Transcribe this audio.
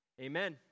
Amen